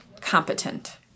competent